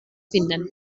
finden